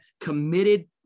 committed